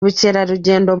ubukerarugendo